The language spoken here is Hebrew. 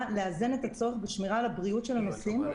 לאזן את הצורך בשמירה על הבריאות של הנוסעים,